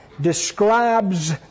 describes